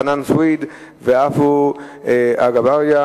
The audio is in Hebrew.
חנא סוייד ועפו אגבאריה,